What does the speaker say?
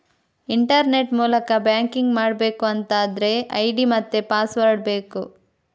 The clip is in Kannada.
ಇಂಟರ್ನೆಟ್ ಮೂಲಕ ಬ್ಯಾಂಕಿಂಗ್ ಮಾಡ್ಬೇಕು ಅಂತಾದ್ರೆ ಐಡಿ ಮತ್ತೆ ಪಾಸ್ವರ್ಡ್ ಬೇಕು